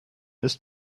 ist